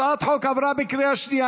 הצעת החוק עברה בקריאה השנייה.